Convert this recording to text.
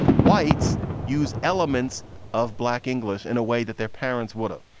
whites use elements of black english in a way that their parents would have.